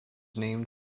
named